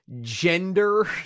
gender